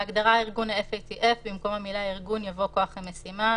בהגדרה "ארגון ה-FATF" במקום המילה "הארגון" יבוא "כח המשימה";